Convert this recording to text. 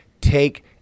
take